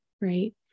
right